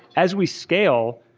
as we scale,